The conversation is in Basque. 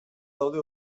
daude